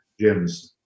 gyms